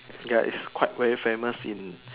ya it's quite very famous in